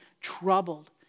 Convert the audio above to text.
troubled